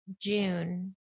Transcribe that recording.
June